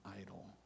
idol